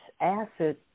acid